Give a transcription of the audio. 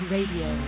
Radio